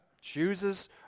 chooses